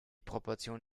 proportionen